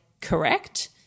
Correct